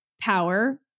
power